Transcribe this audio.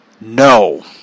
No